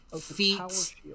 feet